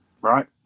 right